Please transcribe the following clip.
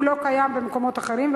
הוא לא קיים במקומות אחרים,